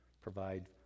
Provide